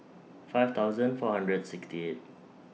five thousand four hundred sixty eight